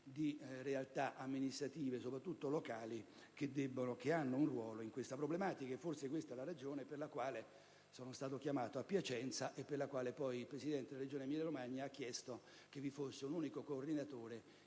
di realtà amministrative, soprattutto locali, che hanno un ruolo in questa problematica. Forse è questa la ragione per la quale sono stato chiamato a Piacenza e per la quale il presidente della Regione Emilia-Romagna ha chiesto che vi fosse un unico coordinatore